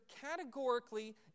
categorically